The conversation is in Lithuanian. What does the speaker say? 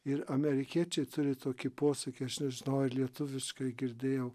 ir amerikiečiai turi tokį posakį aš nežinau ar lietuviškai girdėjau